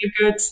good